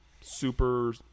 super